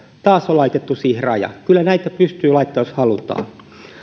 taas on laitettu siihen raja kyllä näitä pystyy laittamaan jos halutaan